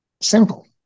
Simple